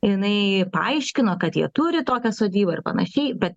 jinai paaiškino kad jie turi tokią sodybą ir panašiai bet